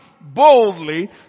boldly